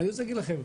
אני רוצה להגיד לכם,